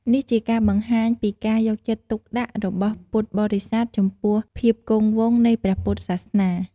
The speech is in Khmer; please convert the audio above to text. នេះជាការបង្ហាញពីការយកចិត្តទុកដាក់របស់ពុទ្ធបរិស័ទចំពោះភាពគង់វង្សនៃព្រះពុទ្ធសាសនា។